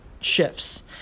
shifts